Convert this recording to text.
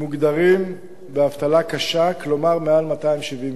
מוגדרים באבטלה קשה, כלומר מעל 270 יום.